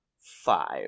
five